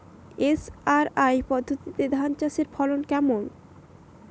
SRI পদ্ধতি ধান চাষের ফলন কেমন?